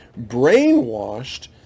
brainwashed